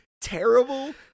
terrible